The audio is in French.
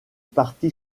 parti